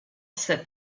said